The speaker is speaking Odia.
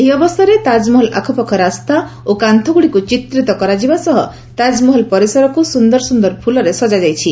ଏହି ଅବସରରେ ତାଜ୍ମହଲ୍ ଆଖପାଖ ରାସ୍ତା ଓ କାନ୍ତ୍ରଗୁଡ଼ିକୁ ଚିତ୍ରିତ କରାଯିବା ସହ ତାକ୍ମହଲ ପରିସରକୁ ସୁନ୍ଦର ସୁନ୍ଦର ଫୁଲରେ ସଜାଯାଇଛି